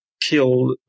killed